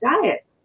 diet